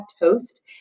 host